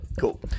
cool